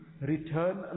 return